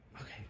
Okay